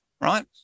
right